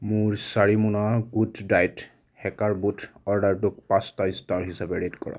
মোৰ চাৰি মোনা গুড ডায়েট সেকাৰ বুট অৰ্ডাৰটোক পাঁচটা ষ্টাৰ হিচাপে ৰেট কৰা